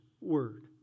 word